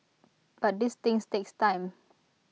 but these things takes time